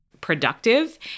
productive